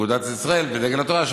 אגודת ישראל ודגל התורה,